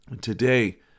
Today